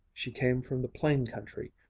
she came from the plain-country,